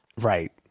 Right